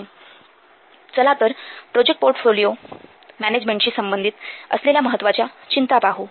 १६५७ चला तर project portfolio मॅनॅजमेन्टशी संबंधित असलेल्या महत्त्वाच्या चिंता पाहू